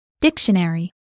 Dictionary